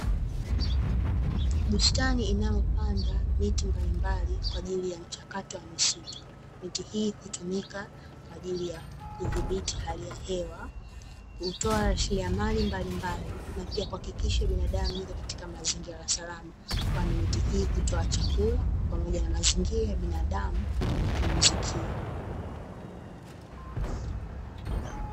Bustani inayopanda miti mbalimbali kwa ajili ya mchakato wa misitu. Miti hii hutumika kwa ajili ya kidhibiti hali ya hewa, kutoa rasilimali mbalimbali, na pia kuhakikisha binadamu yupo katika mazingira salama, kwani miti hii hutoa chakula, pamoja na mazingira ya binadamu kupumzikia.